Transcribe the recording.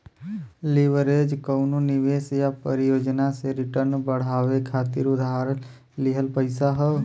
leverage कउनो निवेश या परियोजना से रिटर्न बढ़ावे खातिर उधार लिहल पइसा हौ